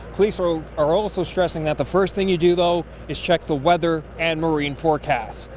police are are also stressing that the first thing you do though is check the weather and marine forecasts.